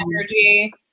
energy